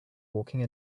walking